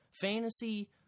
fantasy